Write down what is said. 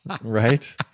Right